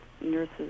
nurses